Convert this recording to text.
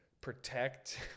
protect